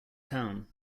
town